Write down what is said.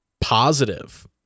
positive